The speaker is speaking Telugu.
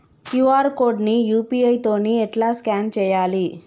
క్యూ.ఆర్ కోడ్ ని యూ.పీ.ఐ తోని ఎట్లా స్కాన్ చేయాలి?